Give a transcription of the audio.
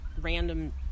random